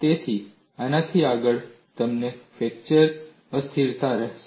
તેથી આનાથી આગળ તમને ફ્રેક્ચર અસ્થિરતા હશે